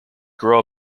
grow